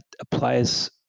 applies